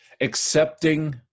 accepting